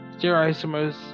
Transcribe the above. Stereoisomers